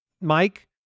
Mike